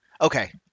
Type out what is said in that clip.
Okay